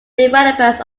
developers